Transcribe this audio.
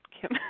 Kim